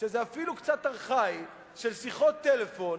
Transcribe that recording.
שזה אפילו קצת ארכאי, של שיחות טלפון,